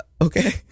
okay